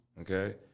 okay